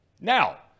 Now